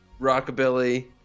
Rockabilly